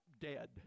dead